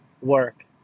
work